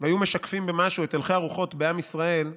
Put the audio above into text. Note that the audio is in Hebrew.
והיו משקפים במשהו את הלכי הרוחות בעם ישראל,